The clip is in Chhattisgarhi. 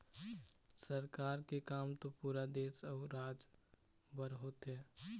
सरकार के काम तो पुरा देश अउ राज बर होथे